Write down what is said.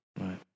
Right